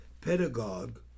pedagogue